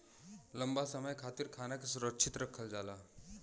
लंबा समय खातिर खाना के सुरक्षित रखल जाला